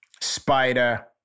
spider